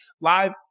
live